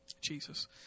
Jesus